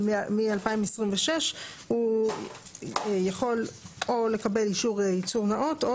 אבל מ-2026 הוא יכול או לקבל אישור ייצור נאות או